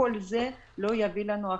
אבל כל זה לא יביא לנו הכנסות.